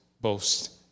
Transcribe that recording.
boast